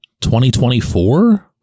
2024